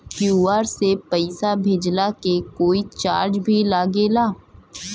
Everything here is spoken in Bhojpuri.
क्यू.आर से पैसा भेजला के कोई चार्ज भी लागेला?